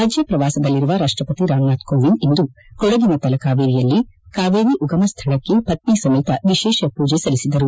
ರಾಜ್ಯ ಪ್ರವಾಸದಲ್ಲಿರುವ ರಾಷ್ಟಪಕಿ ರಾಮನಾಥ್ ಕೋವಿಂದ್ ಇಂದು ಕೊಡಗಿನ ತಲಕಾವೇರಿಯಲ್ಲಿ ಕಾವೇರಿ ಉಗಮಸ್ಥಳಕ್ಕೆ ಪಕ್ಷಿ ಸಮೇತ ವಿಶೇಷ ಪೂಜೆ ಸಲ್ಲಿಸಿದರು